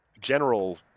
general